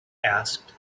asked